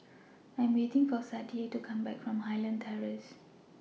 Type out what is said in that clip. I Am waiting For Sadye to Come Back from Highland Terrace